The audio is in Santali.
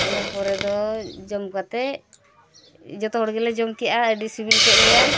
ᱤᱱᱟᱹ ᱯᱚᱨᱮ ᱫᱚ ᱡᱚᱢ ᱠᱟᱛᱮᱫ ᱡᱚᱛᱚ ᱦᱚᱲ ᱜᱮᱞᱮ ᱡᱚᱢ ᱠᱮᱜᱼᱟ ᱟᱹᱰᱤ ᱥᱤᱵᱤᱞ ᱠᱮᱫ ᱞᱮᱭᱟ